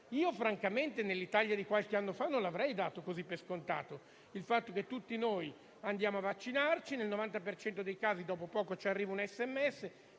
Francamente, nell'Italia di qualche anno fa non avrei dato per scontato il fatto che tutti noi andiamo a vaccinarci, nel 90 per cento dei casi dopo poco riceviamo un sms,